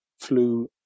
flew